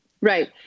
Right